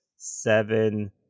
Seven